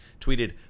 tweeted